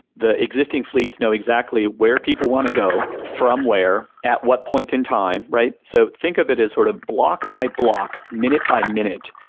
the existing fleets know exactly where people want to go, from where, at what point in time, right? so think of it as sort of block by block, minute by minute.